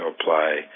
apply